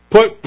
Put